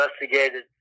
investigated